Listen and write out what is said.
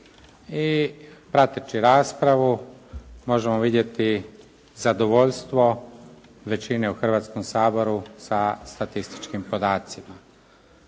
prateći raspravu možemo vidjeti zadovoljstvo većine u Hrvatskom saboru sa statističkim podacima.